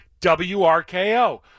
WRKO